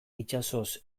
itsasoz